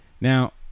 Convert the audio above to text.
Now